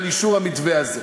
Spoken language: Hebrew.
על אישור המתווה הזה.